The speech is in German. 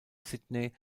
sydney